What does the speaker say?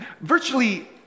Virtually